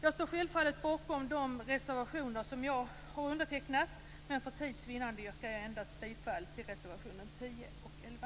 Jag står självfallet bakom de reservationer där jag finns med, men för tids vinnande yrkar jag bifall endast till reservationerna 10 och 11.